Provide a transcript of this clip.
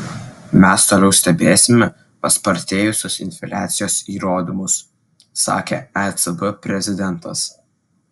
mes toliau stebėsime paspartėjusios infliacijos įrodymus sakė ecb prezidentas